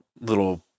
little